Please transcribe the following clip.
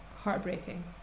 heartbreaking